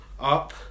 Up